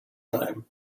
time